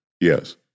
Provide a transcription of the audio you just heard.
Yes